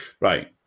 Right